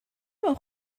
mewn